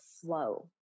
flow